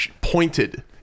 pointed